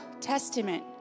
testament